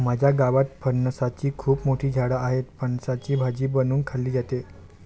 माझ्या गावात फणसाची खूप मोठी झाडं आहेत, फणसाची भाजी बनवून खाल्ली जाते